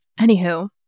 Anywho